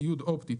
ציוד אופטי,